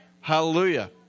Hallelujah